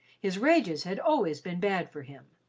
his rages had always been bad for him,